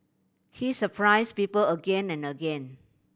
he surprised people again and again